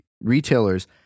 retailers